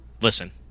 listen